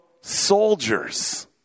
soldiers